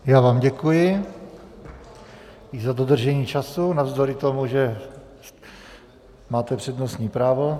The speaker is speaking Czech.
Já vám děkuji i za dodržení času navzdory tomu, že máte přednostní právo.